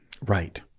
Right